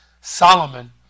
Solomon